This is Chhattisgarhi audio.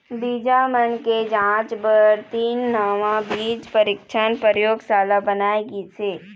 बीजा मन के जांच बर तीन नवा बीज परीक्छन परयोगसाला बनाए गिस हे